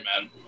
man